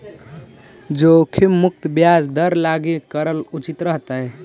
जोखिम मुक्त ब्याज दर लागी का करल उचित रहतई?